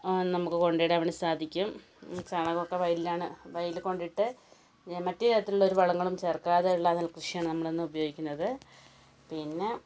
നമുക്ക് കൊണ്ടുപോയി ഇടാൻ വേണ്ടിയിട്ട് സാധിക്കും ചാണകമൊക്കെ വയലിലാണ് വയലില് കൊണ്ടിട്ട് മറ്റു തരത്തിലുള്ളൊരു വളങ്ങളും ചേർക്കാതെ ഉള്ള നെൽകൃഷിയാണ് നമ്മളിന്ന് ഉപയോഗിക്കുന്നത് പിന്നെ